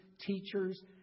teachers